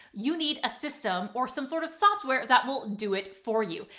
you need a system or some sort of software that will do it for you.